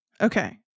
Okay